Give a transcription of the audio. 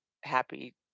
happy